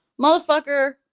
Motherfucker